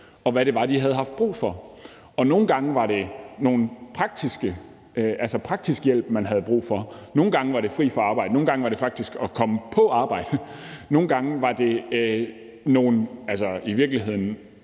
og hvad det var, de havde haft brug for. Nogle gange var det praktisk hjælp, man havde brug for, nogle gange var det fri fra arbejde, nogle gange var det faktisk at komme på arbejde, og nogle gange var det i virkeligheden